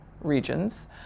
regions